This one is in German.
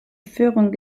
führung